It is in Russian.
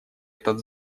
этот